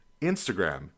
Instagram